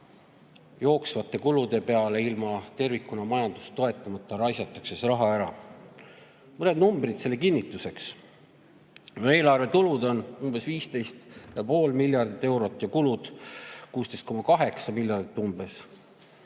jooksvate kulude [katmiseks] ja tervikuna majandust toetamata raisatakse see raha ära. Mõned numbrid selle kinnituseks. Eelarve tulud on 15,5 miljardit eurot ja kulud 16,8 miljardit.